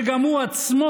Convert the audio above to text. וגם הוא עצמו,